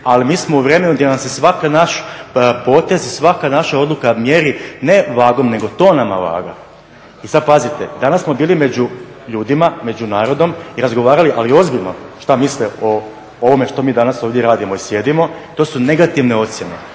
Ali mi smo u vremenu gdje nam se svaki naš potez i svaka naša odluka mjeri ne vagom nego tonama vaga. I sad pazite, danas među ljudima, među narodom i razgovarali ali ozbiljno šta misle o ovome što mi danas ovdje radimo i sjedimo, to su negativne ocjene,